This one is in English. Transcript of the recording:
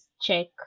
check